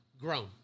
Grown